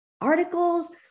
articles